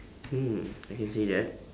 mm I can say that